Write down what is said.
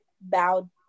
bowed